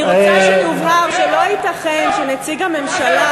אני רוצה שיובהר שלא ייתכן שנציג הממשלה